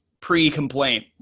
pre-complaint